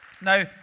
Now